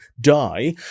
die